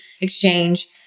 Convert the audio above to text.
exchange